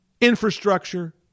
infrastructure